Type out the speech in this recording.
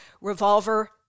Revolver